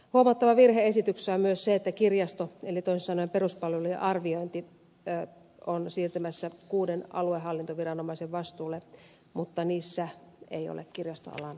huomattava virhe esityksessä on myös se että kirjaston eli toisin sanoen peruspalveluiden arviointi on siirtymässä kuuden aluehallintoviranomaisen vastuulle mutta niissä ei ole kirjastoalan asiantuntijavirkoja